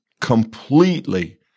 completely